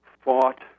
fought